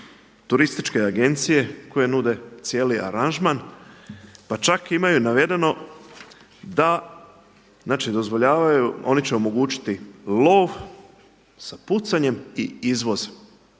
turističke agencije koje nude cijeli aranžman, pa čak imaju navedeno da, znači dozvoljavaju, oni će omogućiti lov sa pucanjem i izvoz.